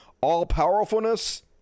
all-powerfulness